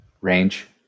Range